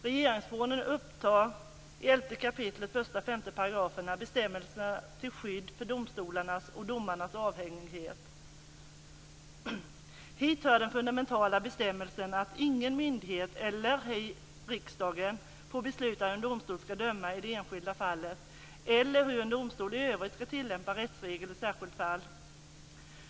Regeringsformen upptar i 11 kap. 1-5 § bestämmelser till skydd för domstolarnas och domarnas oavhängighet. Hit hör den fundamentala bestämmelsen att ingen myndighet, ej heller riksdagen, får besluta hur en domstol skall döma i det enskilda fallet eller hur en domstol i övrigt skall tillämpa rättsregel i särskilt fall.